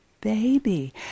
baby